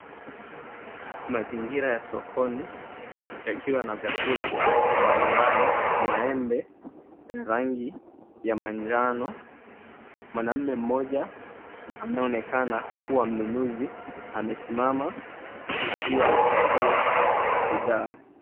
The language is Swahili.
Mazingira ya sokoni yakiwa na vyakula mbali mbali, maembe ya rangi ya manjano. Mwanaume mmoja anaonekana kuwa mnunuzi amesimama akiwa anachagua bidhaa.